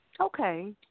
okay